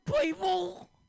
people